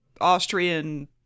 Austrian